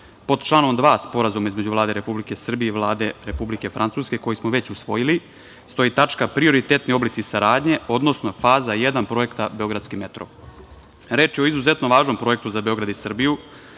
pod članom 2. Sporazuma između Vlade Republike Srbije i Vlade Republike Francuske, koji smo već usvojili, stoji tačka – prioritetni oblici saradnje, odnosno Faza 1 projekta „Beogradski metro“. Reč je o izuzetno važnom projektu za Beograd i Srbiju,